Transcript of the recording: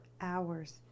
hours